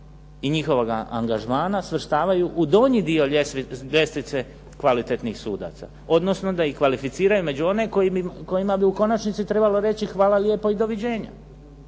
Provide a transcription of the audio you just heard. i njihovoga angažmana svrštavaju u donji dio ljestvice kvalitetnih sudaca, odnosno da ih kvalificiraju među one kojima bi u konačnici trebalo reći hvala lijepo i doviđenja.